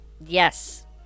Yes